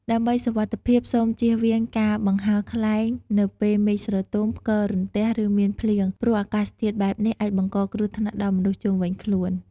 ដើម្បីសុវត្ថិភាព សូម ជៀសវាងការបង្ហើរខ្លែង នៅពេលមេឃស្រទំ ផ្គររន្ទះ ឬមានភ្លៀង ព្រោះអាកាសធាតុបែបនេះអាចបង្កគ្រោះថ្នាក់ដល់មនុស្សជុំវិញខ្លួន។